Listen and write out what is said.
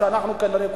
שאנחנו כנראה,